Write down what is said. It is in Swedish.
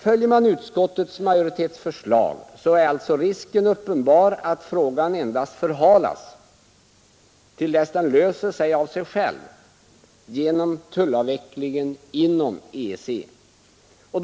Följer man utskottsmajoritetens förslag är alltså risken uppenbar att frågan endast förhalas till dess den löser sig av sig själv genom tullavvecklingen inom EEC.